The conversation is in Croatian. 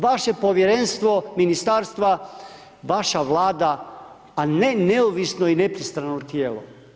Vaše povjerenstvo ministarstva, vaša Vlada a ne neovisno i nepristrano tijelo.